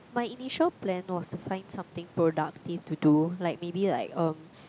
my initial plan was to find something productive to do like maybe like um